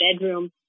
bedroom